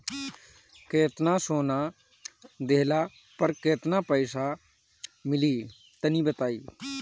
केतना सोना देहला पर केतना पईसा मिली तनि बताई?